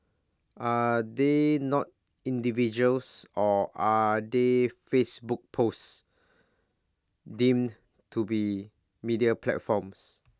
are they not individuals or are they Facebook posts deemed to be media platforms